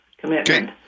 commitment